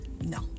no